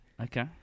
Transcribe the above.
Okay